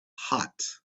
hot